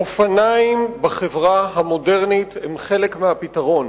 אופניים בחברה המודרנית הם חלק מהפתרון,